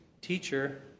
teacher